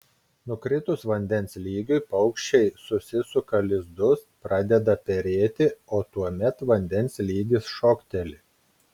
nukritus vandens lygiui paukščiai susisuka lizdus pradeda perėti o tuomet vandens lygis šokteli